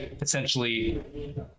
essentially